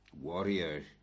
warrior